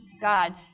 God